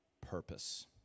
purpose